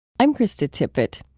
i'm krista tippett.